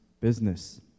business